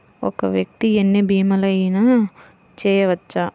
ఒక్క వ్యక్తి ఎన్ని భీమలయినా చేయవచ్చా?